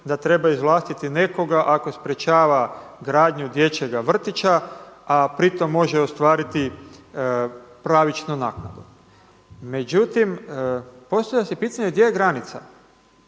da treba izvlastiti nekoga ako sprečava gradnju dječjega vrtića, a pri tom može ostvariti pravičnu naknadu. Međutim, postavlja se pitanje gdje je granica?